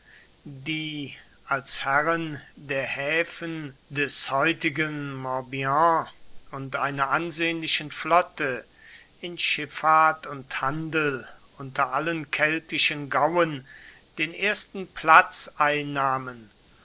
die als herren der häfen des heutigen morbihan und einer ansehnlichen flotte in schiffahrt und handel unter allen keltischen gauen den ersten platz einnahmen